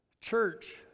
Church